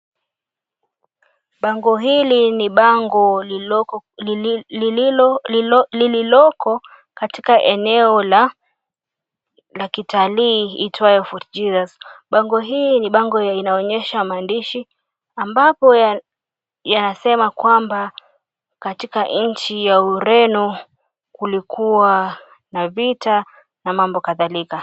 Bango hili ni bango lililoko katika eneo la kitalii, iitwayo Fort Jesus. Bango hii ni bango ya inaonyesha maandishi ambapo yasema kwamba, katika nchi ya Ureno kulikuwa na vita na mambo kadhalika.